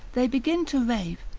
they begin to rave,